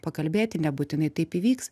pakalbėti nebūtinai taip įvyks